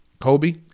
Kobe